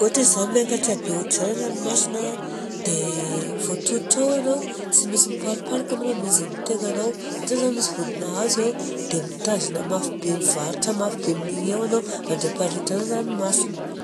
Ohatra zao miakatra be ohatra izany ny ranomasina a, dia voatototra ao ianao dia tsy maintsy miparoparoka anao mamonjy ny tegnanao. Ohatra zao misy vodina azo eo dia mitazona mafy be, mivahatra mafy be amin'igny eo anao mandrapaharitra ny ranomasina.